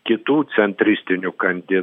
kitų centristinių kandi